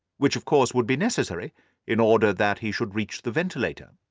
which of course would be necessary in order that he should reach the ventilator.